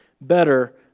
better